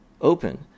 open